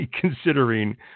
considering